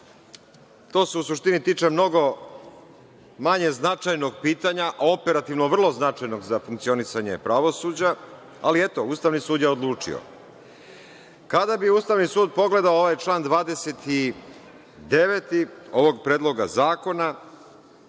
To se u suštini tiče mnogo manje značajnog pitanja, operativno vrlo značajnog za funkcionisanje pravosuđa, ali eto, Ustavni sud je odlučio. Kada bi Ustavni sud pogledao ovaj član 29. ovog Predloga zakona,